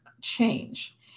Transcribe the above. change